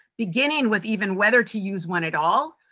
beginning with even whether to use one at all,